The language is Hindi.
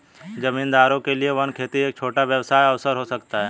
जमींदारों के लिए वन खेती एक छोटा व्यवसाय अवसर हो सकता है